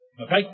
Okay